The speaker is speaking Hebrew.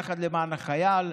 יחד למען החייל,